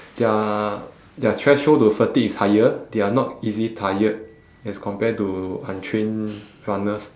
their their threshold to fatigue is higher they are not easy tired as compared to untrained runners